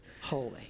holy